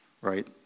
right